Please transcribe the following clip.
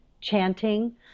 chanting